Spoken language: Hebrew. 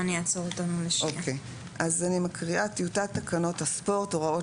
אני מקריאה: "טיוטת תקנות הספורט (הוראות